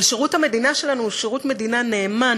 אבל שירות המדינה שלנו הוא שירות מדינה נאמן